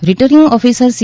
returning officer C